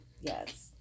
Yes